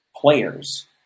players